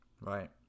Right